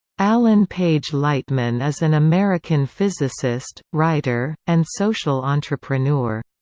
alan paige lightman is an american physicist, writer, and social entrepreneur.